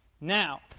Now